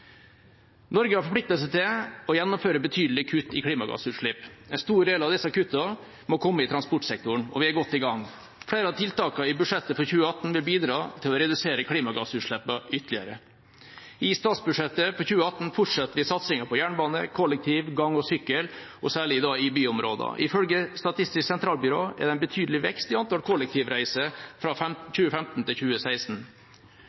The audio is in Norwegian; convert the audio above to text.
Norge har forpliktet seg til å gjennomføre betydelige kutt i klimagassutslipp. En stor del av disse kuttene må komme i transportsektoren, og vi er godt i gang. Flere av tiltakene i budsjettet for 2018 vil bidra til å redusere klimagassutslippene ytterligere. I statsbudsjettet for 2018 fortsetter vi satsingen på jernbane, kollektiv, gange og sykkel, og særlig da i byområdene. Ifølge Statistisk sentralbyrå er det en betydelig vekst i antall kollektivreiser fra